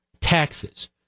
taxes